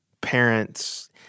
parents